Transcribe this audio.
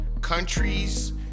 countries